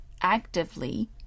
actively